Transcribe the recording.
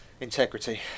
integrity